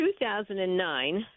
2009